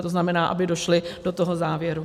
To znamená, aby došli do toho závěru.